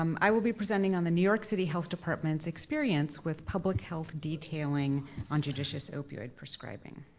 um i will be presenting on the new york city health department's experience with public health detailing on judicious opioid prescribing.